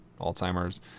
Alzheimer's